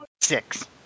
Six